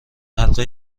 حلقه